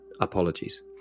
Apologies